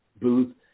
booth